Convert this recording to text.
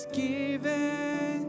given